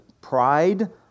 pride